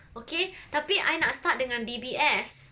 okay tapi I nak start dengan D_B_S